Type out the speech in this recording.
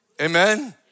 Amen